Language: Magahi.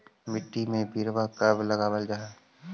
मिट्टी में बिरवा कब लगावल जा हई?